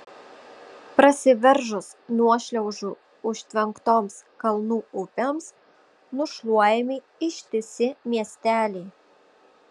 prasiveržus nuošliaužų užtvenktoms kalnų upėms nušluojami ištisi miesteliai